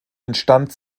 entstand